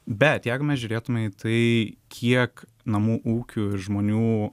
bet jeigu žiūrėtume į tai kiek namų ūkių žmonių